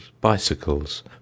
bicycles